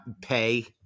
pay